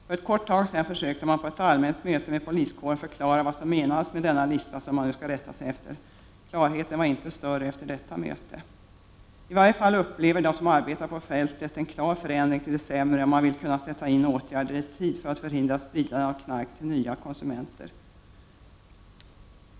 För en kort tid sedan försökte man på ett allmänt möte med poliskåren förklara vad som menades med denna lista som man nu skall rätta sig efter. Klarheten var inte större efter detta möte. I varje fall upplever de som arbetar ute på fältet en klar förändring till det sämre, och man vill kunna sätta in åtgärder i tid för att förhindra spridandet av knark till nya konsumenter.